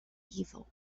evil